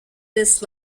this